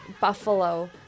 buffalo